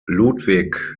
ludwig